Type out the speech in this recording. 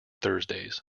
thursdays